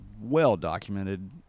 well-documented